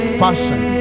fashion